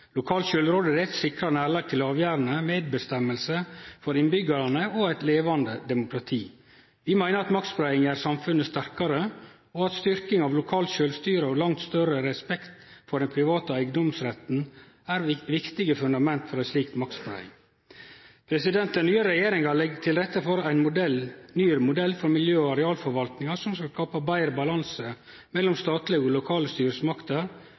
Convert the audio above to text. Lokal sjølvråderett sikrar nærleik til avgjerdene, medråderett for innbyggjarane og eit levande demokrati. Vi meiner at maktspreiing gjer samfunnet sterkare, og at styrking av lokalt sjølvstyre og langt større respekt for den private eigedomsretten er viktige fundament for ei slik maktspreiing. Den nye regjeringa vil leggje til rette for ein ny modell for miljø- og arealforvaltninga som skal skape ein betre balanse mellom statlege og lokale styresmakter,